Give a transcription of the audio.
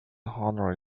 honorary